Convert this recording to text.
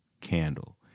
candle